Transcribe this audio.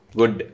good